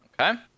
Okay